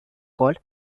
called